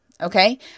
okay